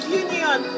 union